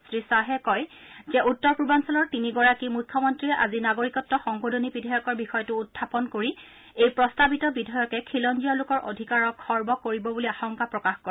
শ্ৰীধাহে কয় যে উত্তৰ পূৰ্বাঞ্চলৰ তিনিগৰাকী মুখ্যমন্ত্ৰীয়ে আজি নাগৰিকত্ব সংশোধনী বিধেয়কৰ বিষয়টো উখাপন কৰি এই প্ৰস্তাৱিত বিধেয়কে খিলঞ্জীয়া লোকৰ অধিকাৰক খৰ্ব কৰিব বুলি আশংকা প্ৰকাশ কৰে